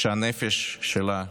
שהנפש שלה,